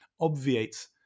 obviates